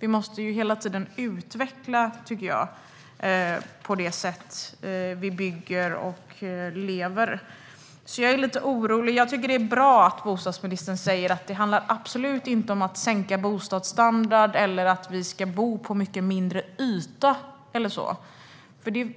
Vi måste hela tiden utveckla byggandet och det sätt som vi lever på. Jag är lite orolig. Jag tycker att det är bra att bostadsministern säger att det absolut inte handlar om att sänka bostadsstandard eller att vi ska bo på mycket mindre yta.